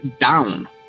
down